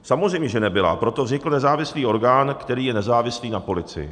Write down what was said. Samozřejmě, že nebyla, a proto vznikl nezávislý orgán, který je nezávislý na policii.